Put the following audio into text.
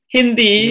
Hindi